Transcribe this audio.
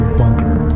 bunker